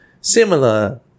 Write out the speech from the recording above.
similar